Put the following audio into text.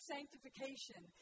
Sanctification